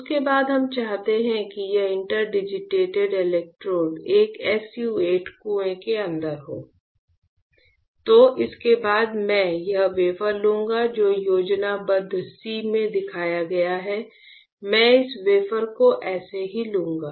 उसके बाद हम चाहते हैं कि यह इंटरडिजिटेटेड इलेक्ट्रोड एक SU 8 कुएं के अंदर हों तो इसके बाद मैं यह वेफर लूंगा जो योजनाबद्ध C में दिखाया गया है मैं इस वेफर को ऐसे ही लूंगा